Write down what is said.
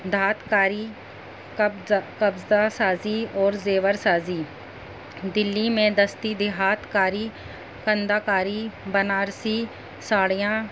دھات کاری قبض قبضہ سازی اور زیور سازی دلی میں دستی دیہات کاری کندہ کاری بنارسی ساڑیاں